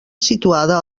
situada